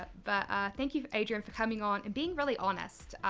but thank you, adrian, for coming on and being really honest.